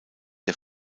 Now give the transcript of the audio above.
der